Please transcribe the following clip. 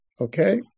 Okay